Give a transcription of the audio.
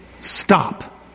stop